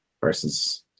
versus